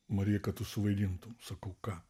man reikia kad tu suvaidintum sakau ką